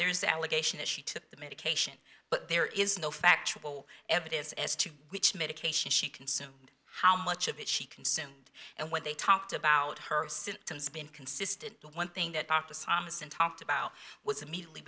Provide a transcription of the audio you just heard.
there is the allegation that she took the medication but there is no factual evidence as to which medication she consumed how much of it she consumed and when they talked about her symptoms been consistent but one thing that dr thomas and talked about was immediately